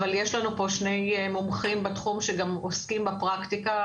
אבל יש לנו פה שני מומחים בתחום שגם עוסקים בפרקטיקה